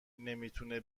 نمیتونه